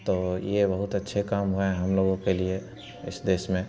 तो यह बहुत अच्छे काम हुए हैं हम लोगों के लिए इस देश में